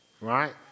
Right